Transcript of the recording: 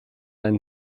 ein